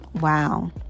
Wow